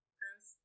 gross